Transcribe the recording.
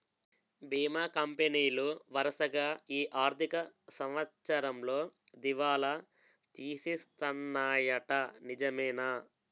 బీమా కంపెనీలు వరసగా ఈ ఆర్థిక సంవత్సరంలో దివాల తీసేస్తన్నాయ్యట నిజమేనా